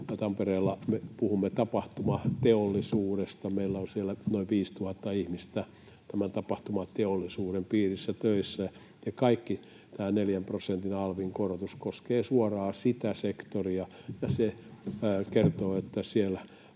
Tampereella me puhumme tapahtumateollisuudesta, meillä on siellä noin 5 000 ihmistä tämän tapahtumateollisuuden piirissä töissä, ja kaikki tämä 4 prosentin alvin korotus koskee suoraan sitä sektoria. Se kertoo siitä, että